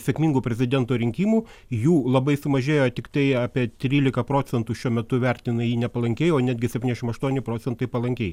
sėkmingų prezidento rinkimų jų labai sumažėjo tiktai apie trylika procentų šiuo metu vertina jį nepalankiai o netgi setyniašim aštuoni procentai palankiai